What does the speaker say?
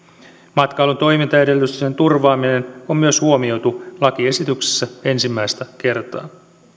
matkailun toimintaedellytysten turvaaminen on myös huomioitu lakiesityksessä ensimmäistä kertaa